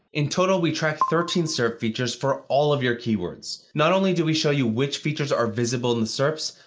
in total, we track thirteen serp features for all of your keywords. not only do we show you which features are visible in the serps,